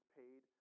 paid